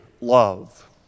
love